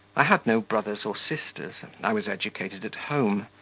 i had no brothers or sisters. i was educated at home.